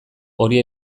hori